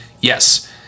Yes